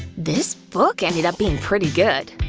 this book ended up being pretty good.